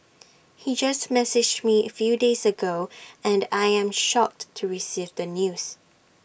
he just messaged me few days ago and I am shocked to receive the news